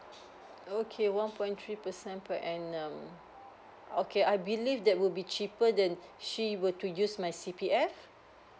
okay one point three percent per annum okay I believe that would be cheaper than she were to use my C_P_F